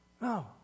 No